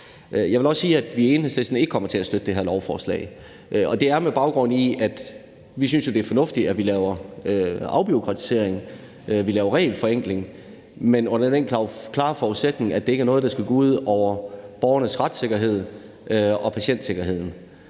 Jeg vil også sige, at vi i Enhedslisten ikke kommer til at støtte det her lovforslag, og det er med baggrund i følgende. Vi synes jo, det er fornuftigt, at vi laver afbureaukratisering, og at vi laver regelforenklinger, men under den klare forudsætning, at det ikke er noget, der skal gå ud over borgernes retssikkerhed og patientsikkerheden,